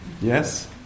Yes